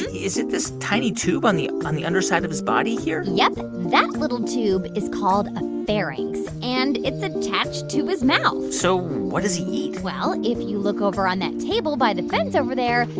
is it this tiny tube on the on the underside of his body, here? yep, that little tube is called a pharynx, and it's attached to his mouth so what does he eat? well, if you look over on that table by the fence over there,